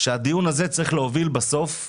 שהדיון הזה צריך להוביל בסוף למחשבה.